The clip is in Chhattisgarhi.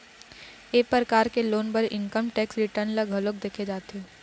ए परकार के लोन बर इनकम टेक्स रिटर्न ल घलोक देखे जाथे